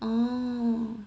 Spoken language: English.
oo